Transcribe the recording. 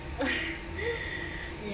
ya